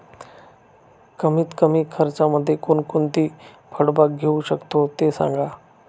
कमीत कमी खर्चामध्ये कोणकोणती फळबाग घेऊ शकतो ते सांगा